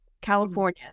California